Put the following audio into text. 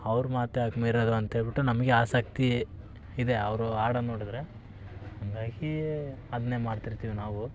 ಅವ್ರ ಮಾತ್ಯಾಕೆ ಮೀರೋದು ಅಂತೇಳ್ಬಿಟ್ಟು ನಮಗೆ ಆಸಕ್ತಿ ಇದೆ ಅವರು ಆಡೋದು ನೋಡಿದರೆ ಹಾಗಾಗಿ ಅದನ್ನೇ ಮಾಡ್ತಿರ್ತೀವಿ ನಾವು